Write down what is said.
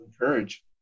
encourage